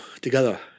together